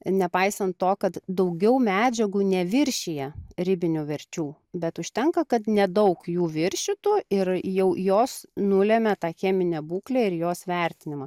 nepaisant to kad daugiau medžiagų neviršija ribinių verčių bet užtenka kad nedaug jų viršytų ir jau jos nulemia tą cheminę būklę ir jos vertinimą